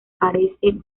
carece